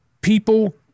people